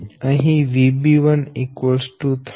અહી VB1 13